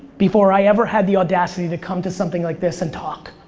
before i ever had the audacity to come to something like this and talk.